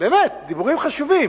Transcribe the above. באמת, דיבורים חשובים,